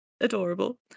adorable